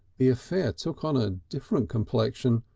the affair took on a different complexion.